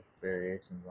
variations